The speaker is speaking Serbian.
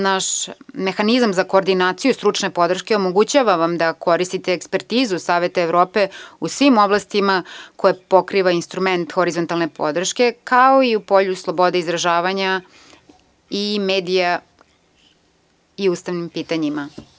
Naš mehanizam za koordinaciju stručne podrške omogućava vam da koristite ekspertizu Saveta Evrope u svim oblastima koje pokriva instrument horizontalne podrške, kao i u polju slobode izražavanja i medija i ustavnim pitanjima.